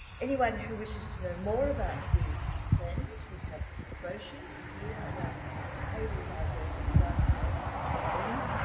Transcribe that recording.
anyone who wishes to know more about the friends we have brochures here on a table by the last doors up the far end.